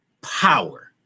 power